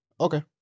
Okay